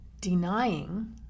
denying